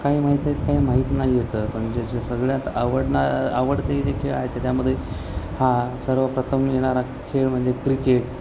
काही माहीत आहेत काही माहीत नाही आहेत म्हणजे जे सगळ्यात आवडणार आवडते जे खेळ आहे ते त्यामध्ये हा सर्वप्रथम येणारा खेळ म्हणजे क्रिकेट